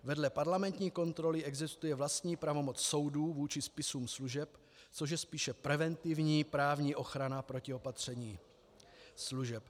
Vedle parlamentní kontroly existuje vlastní pravomoc soudů vůči spisům služeb, což je spíše preventivní právní ochrana proti opatření služeb.